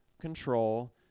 control